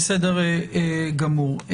בסדר גמור.